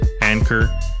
anchor